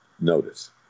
notice